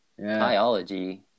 Biology